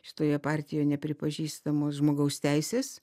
šitoje partijoje nepripažįstamos žmogaus teisės